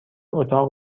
اتاق